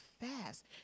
fast